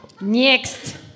Next